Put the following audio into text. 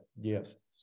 Yes